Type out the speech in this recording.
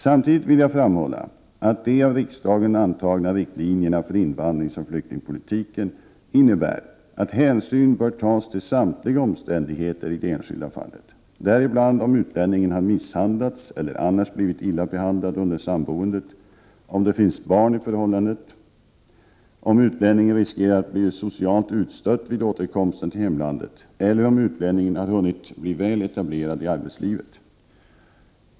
Samtidigt vill jag framhålla att de av riksdagen antagna riktlinjerna för invandringsoch flyktingpolitiken innebär att hänsyn bör tas till samtliga omständigheter i det enskilda fallet, däribland om utlänningen har misshandlats eller annars blivit illa behandlad under samboendet, om det finns barn i förhållandet, om utlänningen riskerar att bli socialt utstött vid återkomsten till hemlandet eller om utlänningen har hunnit bli väl etablerad i arbetslivet.